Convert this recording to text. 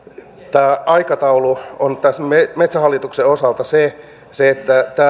tämä aikataulu on tässä metsähallituksen osalta se että tämän